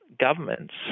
governments